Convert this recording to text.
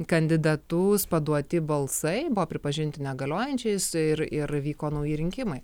kandidatus paduoti balsai buvo pripažinti negaliojančiais ir ir vyko nauji rinkimai